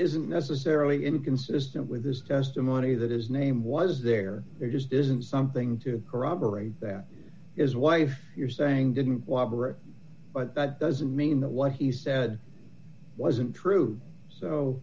isn't necessarily inconsistent with his testimony that is name was there there just isn't something to corroborate that is why you're saying didn't want to write but that doesn't mean that what he said wasn't true so